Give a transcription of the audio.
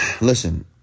Listen